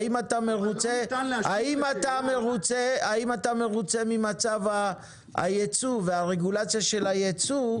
האם אתה מרוצה ממצב הייצוא והרגולציה של הייצוא,